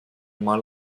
mal